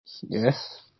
Yes